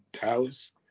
Dallas